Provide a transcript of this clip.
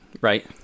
Right